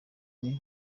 ari